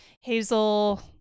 Hazel